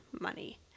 money